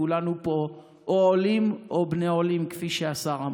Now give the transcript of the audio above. כולנו פה עולים או בני עולים, כפי שהשר אמר.